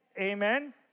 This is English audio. amen